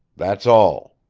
that's all.